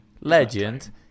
legend